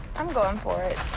i'm going for it.